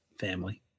family